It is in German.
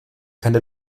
keine